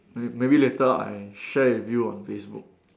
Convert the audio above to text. may~ maybe later I share with you on Facebook